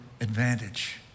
advantage